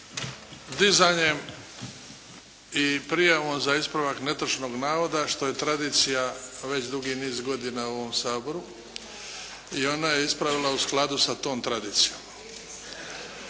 dizanjem i prijavom za ispravak netočnog navoda što je tradicija već dugi niz godina u ovom Saboru i ona je ispravila u skladu sa tom tradicijom.